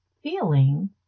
Feeling